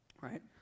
right